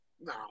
no